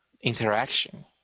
interaction